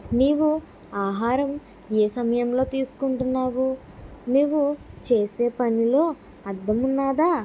నీవు ఆహారం ఏ సమయంలో తీసుకుంటున్నావు నువ్వు చేసే పనిలో అర్థం ఉన్నాదా